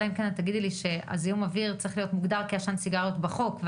אלא אם תגידי לי שהוא צריך להיות מוגדר כעשן סיגריות בחוק,